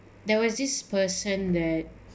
there was this person that